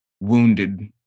wounded